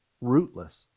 rootless